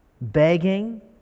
begging